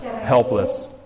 helpless